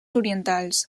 orientals